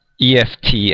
EFT